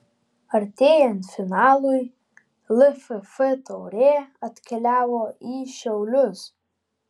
artėjant finalui lff taurė atkeliavo į šiaulius